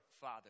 father